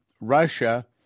Russia